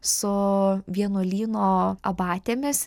su vienuolyno abatėmis